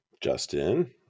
Justin